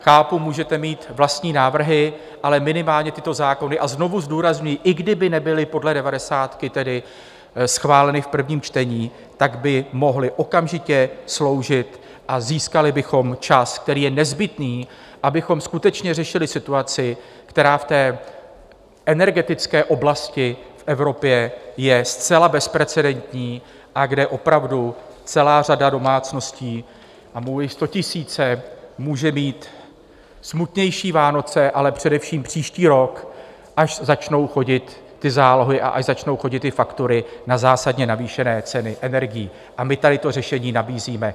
Chápu, můžete mít vlastní návrhy, ale minimálně tyto zákony a znovu zdůrazňuji, i kdyby nebyly podle devadesátky schváleny v prvním čtení by mohly okamžitě sloužit a získali bychom čas, který je nezbytný, abychom skutečně řešili situaci, která v energetické oblasti v Evropě je zcela bezprecedentní a kde opravdu celá řada domácností, možná i statisíce může mít smutnější Vánoce, ale především příští rok, až začnou chodit zálohy a až začnou chodit faktury na zásadně navýšené ceny energií, a my tady to řešení nabízíme.